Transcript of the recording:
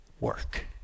work